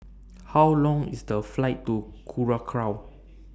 How Long IS The Flight to Curacao